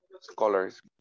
scholars